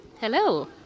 Hello